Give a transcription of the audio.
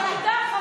אתה, שאין חוק